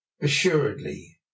Assuredly